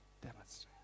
demonstrate